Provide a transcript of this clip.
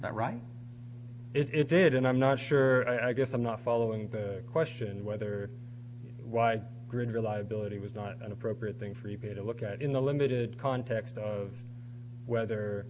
right it did and i'm not sure i guess i'm not following the question whether wide grin reliability was not an appropriate thing for you to look at in the limited context of whether